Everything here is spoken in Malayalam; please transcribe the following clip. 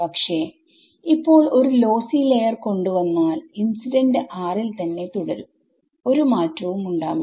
പക്ഷേ ഇപ്പോൾ ഒരു ലോസി ലയർ കൊണ്ട് വന്നാൽ ഇൻസിഡന്റ് ൽ തന്നെ തുടരും ഒരു മാറ്റവും ഉണ്ടാവില്ല